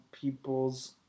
people's